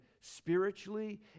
spiritually